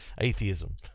atheism